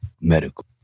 Medical